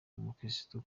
umukristu